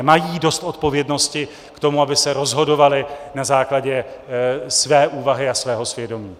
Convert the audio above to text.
Mají dost odpovědnosti k tomu, aby se rozhodovali na základě své úvahy a svého svědomí.